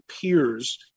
peers